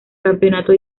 campeonato